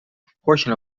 proportion